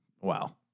Wow